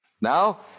Now